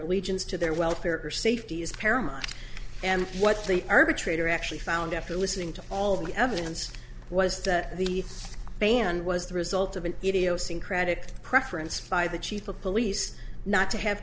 allegiance to their welfare or safety is paramount and what the arbitrator actually found after listening to all the evidence was that the band was the result of an idiosyncratic preference by the chief of police not to have